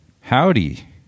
Howdy